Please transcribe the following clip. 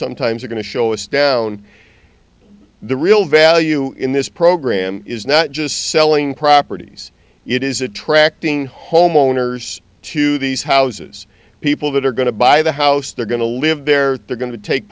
sometimes are going to show us down the real value in this program is not just selling properties it is attracting homeowners to these houses people that are going to buy the house they're going to live there they're going to take